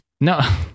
no